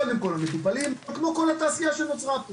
קודם כל זה המטופלים כמו כל התעשייה שנוצרה פה